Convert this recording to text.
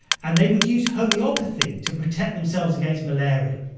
and they would use homeopathy to protect themselves against malaria.